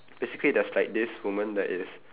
basically there's like this woman that is